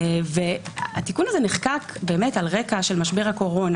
התיקון הזה נחקק על רקע משבר הקורונה,